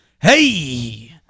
Hey